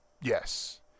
yes